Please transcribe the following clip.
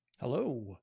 Hello